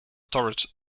storage